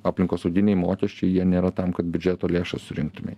aplinkosauginiai mokesčiai jie nėra tam kad biudžeto lėšas surinktumei